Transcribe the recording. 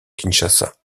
kinshasa